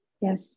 Yes